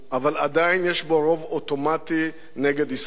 אבל עדיין יש בו רוב אוטומטי נגד ישראל,